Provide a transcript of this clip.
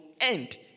end